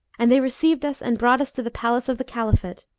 and they received us and brought us to the palace of the caliphate,